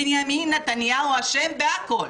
בנימין נתניהו אשם בכול.